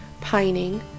pining